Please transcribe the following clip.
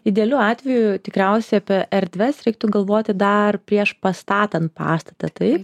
idealiu atveju tikriausiai apie erdves reiktų galvoti dar prieš pastatant pastatą taip